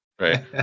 Right